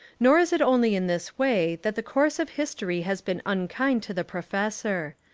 nor is it only in this way that the course of history has been unkind to the professor.